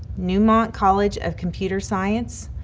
neumont college of computer science,